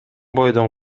бойдон